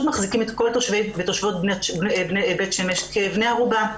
מחזיקים את כל התושבים והתושבות בבית שמש כבני ערובה.